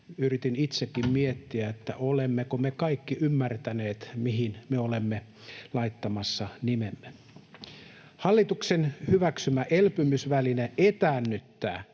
yritin itsekin miettiä, olemmeko me kaikki ymmärtäneet, mihin me olemme laittamassa nimemme. Hallituksen hyväksymä elpymisväline etäännyttää